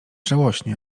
żałośnie